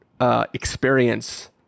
experience